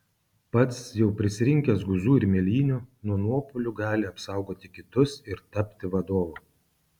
pats jau prisirinkęs guzų ir mėlynių nuo nuopuolių gali apsaugoti kitus ir tapti vadovu